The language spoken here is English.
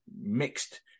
mixed